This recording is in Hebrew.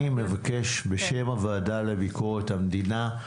אני מבקש בשם הוועדה לביקורת המדינה.